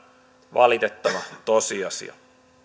valitettava tosiasia